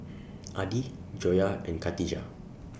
Adi Joyah and Katijah